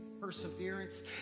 perseverance